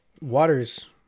waters